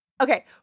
Okay